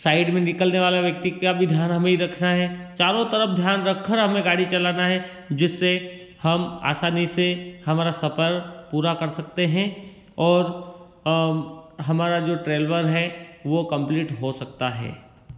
side में निकलने वाला व्यक्ति का भी ध्यान हमें ही रखना है चारों तरफ ध्यान रखकर हमें गाड़ी चलाना है जिससे हम आसानी से हमारा सफर पूरा कर सकते हैं और हमारा जो ट्रैलवर है वो कम्पलीट हो सकता है